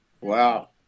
Wow